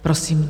Prosím.